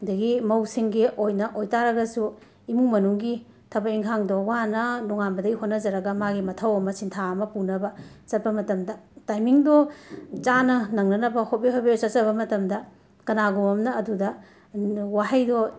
ꯑꯗꯒꯤ ꯃꯧꯁꯤꯡꯒꯤ ꯑꯣꯏꯅ ꯑꯣꯏꯕ ꯇꯥꯔꯒꯁꯨ ꯏꯃꯨꯡ ꯃꯅꯨꯡꯒꯤ ꯊꯕꯛ ꯏꯟꯈꯥꯡꯗꯣ ꯋꯥꯅ ꯅꯣꯉꯥꯟꯕꯗꯩ ꯍꯣꯠꯅꯖꯔꯒ ꯃꯥꯒꯤ ꯃꯊꯧ ꯑꯃ ꯁꯤꯟꯊꯥ ꯑꯃ ꯄꯨꯅꯕ ꯆꯠꯄ ꯃꯇꯝꯗ ꯇꯥꯏꯃꯤꯡꯗꯣ ꯆꯥꯅ ꯅꯪꯅꯅꯕ ꯍꯣꯕꯦ ꯍꯣꯕꯦ ꯆꯠꯆꯕ ꯃꯇꯝꯗ ꯀꯅꯥꯒꯨꯝꯕ ꯑꯝꯅ ꯑꯗꯨꯗ ꯋꯥꯍꯩꯗꯣ